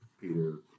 Peter